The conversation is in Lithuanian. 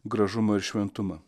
gražumą ir šventumą